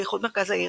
ובייחוד מרכז העיר,